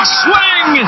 swing